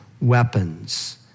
weapons